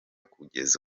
kugeza